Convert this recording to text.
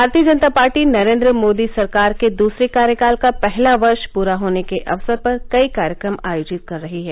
भारतीय जनता पार्टी नरेन्द्र मोदी सरकार के दसरे कार्यकाल का पहला वर्ष पूरा होने के अवसर पर कई कार्यक्रम आयोजित कर रही है